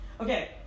Okay